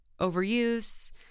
overuse